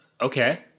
Okay